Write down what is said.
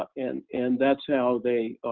ah and and that's how they